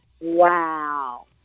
Wow